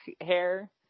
hair